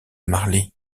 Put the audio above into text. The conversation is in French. marly